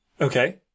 okay